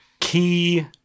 key